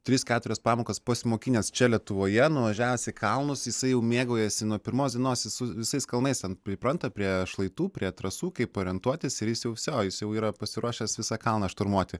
tris keturias pamokas pasimokinęs čia lietuvoje nuvažiavęs į kalnus jisai jau mėgaujasi nuo pirmos dienos jis su visais kalnais ten pripranta prie šlaitų prie trasų kaip orientuotis ir jis jau vsio jau yra pasiruošęs visą kalną šturmuoti